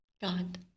God